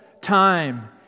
time